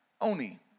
Oni